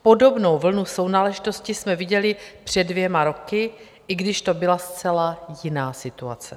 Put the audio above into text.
Podobnou vlnu sounáležitosti jsme viděli před dvěma roky, i když to byla zcela jiná situace.